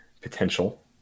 potential